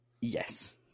Yes